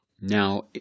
Now